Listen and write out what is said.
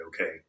okay